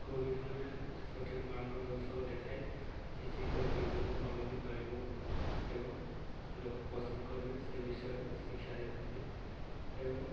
ଗୁରୁ ଜଣେ ସଠିକ୍ ମାର୍ଗଦର୍ଶକ ଦେଖାଇ ସେ ଚିତ୍ର କିଭଳି ଭଲ ହେଇପାରିବ ଏବଂ ଲୋକେ ପସନ୍ଦ କରିବେ ସେ ବିଷୟରେ ଶିକ୍ଷା ଦେଇଥାନ୍ତି ଏବଂ